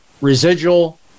residual